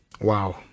wow